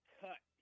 cut